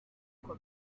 uko